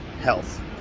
health